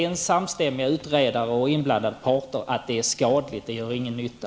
Samstämmiga utredare och inblandade parter visar att det är skadligt, att det inte gör någon nytta.